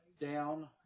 down